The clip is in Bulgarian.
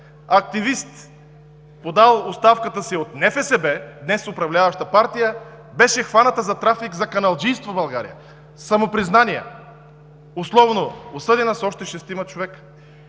Активист, подал оставката си от НФСБ, днес управляваща партия, беше хваната за трафик, за каналджийство в България. Самопризнания, условно осъдена с още шестима човека.